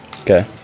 Okay